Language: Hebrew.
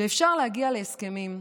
ואפשר להגיע להסכמים.